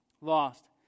lost